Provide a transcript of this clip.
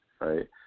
right